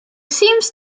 seems